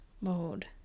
mode